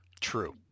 True